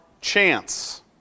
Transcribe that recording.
chance